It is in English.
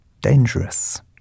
Dangerous